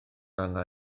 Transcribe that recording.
arna